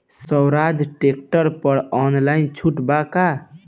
सोहराज tractor पर online छूट बा का?